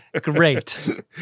Great